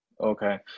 Okay